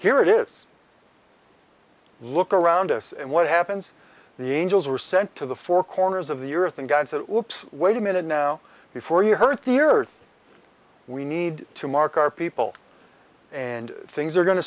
hear it is a look around us and what happens the angels were sent to the four corners of the earth and god said wait a minute now before you hurt the earth we need to mark our people and things are going to